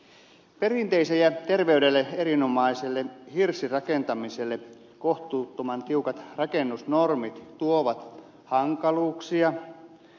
perinteiselle ja terveydelle erinomaiselle hirsirakentamiselle kohtuuttoman tiukat rakennusnormit tuovat hankaluuksia